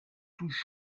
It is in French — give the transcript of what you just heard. tous